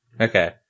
Okay